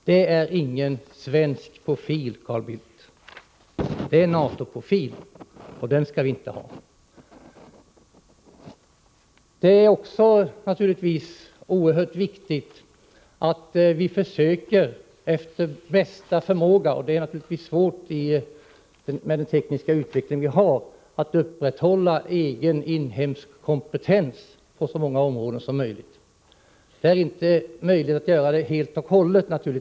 Det är ingen svensk profil, Carl Bildt. Det är en NATO-profil, och någon sådan skall vi inte ha. Det är självfallet oerhört viktigt att vi efter bästa förmåga försöker — det kan naturligtvis vara svårt med tanke på den tekniska utveckling vi har — att upprätthålla egen inhemsk kompetens på så många områden som möjligt. Det är omöjligt att göra detta helt och hållet.